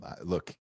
look